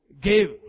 give